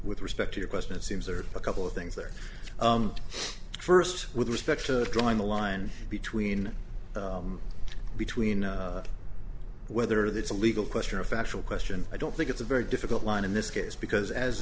with respect to your question it seems there are a couple of things there first with respect to drawing the line between between whether that's a legal question or a factual question i don't think it's a very difficult line in this case because as